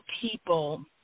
people